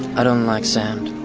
i don't like sand.